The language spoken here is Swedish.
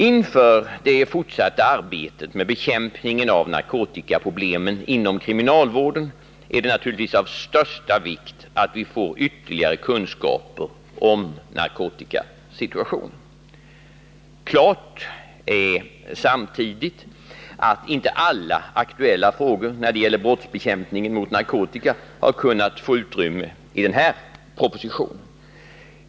Inför det fortsatta arbetet med bekämpningen av narkotikaproblemen inom kriminalvården är det naturligtvis av största vikt att vi får ytterligare kunskap om narkotikasituationen. Klart är samtidigt att inte alla aktuella frågor när det gäller brottsbekämpningen mot narkotika har kunnat få utrymme i den nu föreliggande propositionen.